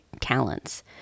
talents